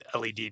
LED